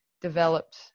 developed